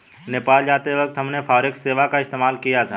नेपाल जाते वक्त हमने फॉरेक्स सेवा का इस्तेमाल किया था